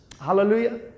Hallelujah